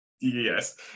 Yes